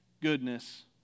goodness